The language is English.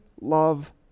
love